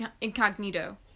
incognito